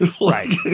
right